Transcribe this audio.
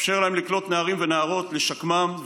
אפשר להם לקלוט נערים ונערות ולשקמם,